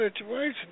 situation